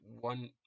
one